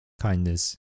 kindness